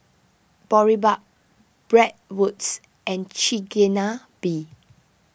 Boribap Bratwurst and Chigenabe